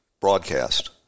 broadcast